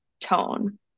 tone